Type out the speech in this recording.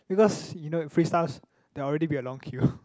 because you know free stuff there will already be a long queue